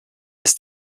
ist